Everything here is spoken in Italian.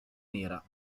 nera